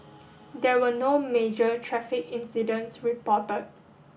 there were no major traffic incidents reported